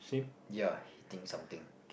ya hitting something